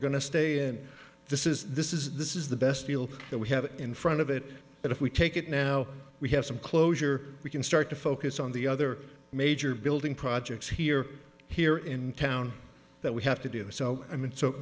we're going to stay and this is this is this is the best deal that we have in front of it but if we take it now we have some closure we can start to focus on the other major building projects here here in town that we have to do so